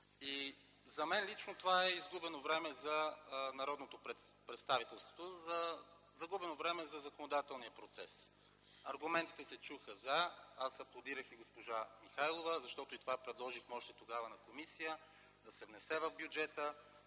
за мен лично това е изгубено време за народното представителство, загубено време за законодателния процес. Аргументите „за” се чуха. Аз аплодирах и госпожа Михайлова, защото и това предложихме още тогава на комисия, да се внесе в бюджета.